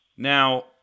Now